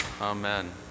Amen